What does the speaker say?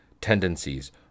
tendencies